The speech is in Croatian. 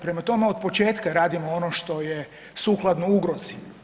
Prema tome od početka radimo ono što je sukladno ugrozi.